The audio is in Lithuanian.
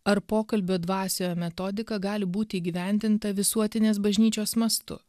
ar pokalbio dvasioje metodika gali būt įgyvendinta visuotinės bažnyčios mastu